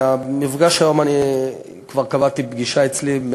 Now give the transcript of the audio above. מהמפגש היום אני כבר קבעתי פגישה אצלי,